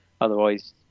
Otherwise